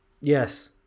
Yes